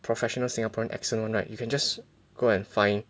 professional Singaporean accent [one] right you can just go and find